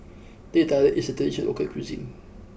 Teh Tarik is a traditional local cuisine